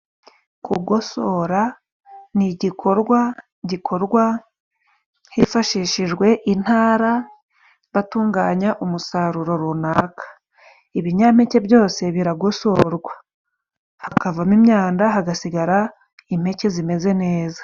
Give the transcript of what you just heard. Kugosora ni igikorwa gikorwa hifashishijwe intara, batunganya umusaruro runaka, ibinyampeke byose biragosorwa, hakavamo imyanda hagasigara impeke zimeze neza.